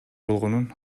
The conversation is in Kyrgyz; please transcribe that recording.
болгонун